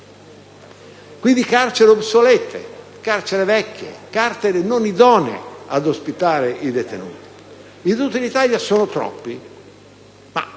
Quindi, carceri obsolete, vecchie, non idonee ad ospitare i detenuti. I detenuti in Italia sono troppi e